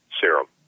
serum